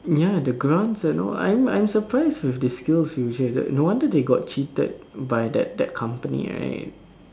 ya the grants and all I'm I'm surprised with the Skills-Future no wonder they got cheated by that that company right